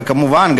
וכמובן,